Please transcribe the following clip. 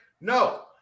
No